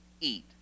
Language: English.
eat